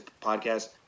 podcast